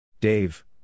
Dave